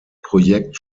projekt